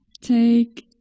take